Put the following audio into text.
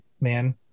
man